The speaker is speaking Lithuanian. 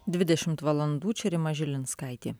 dvidešimt valandų čia rima žilinskaitė